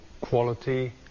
quality